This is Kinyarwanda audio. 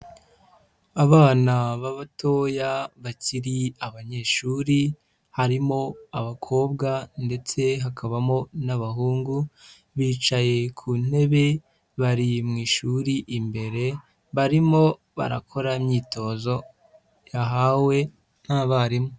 Abana b'abatoya bakiri abanyeshuri, harimo abakobwa ndetse hakabamo n'abahungu, bicaye ku ntebe, bari mu ishuri imbere, barimo barakora imyitozo yahawe n'abarimu.